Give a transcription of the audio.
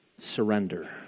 surrender